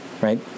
right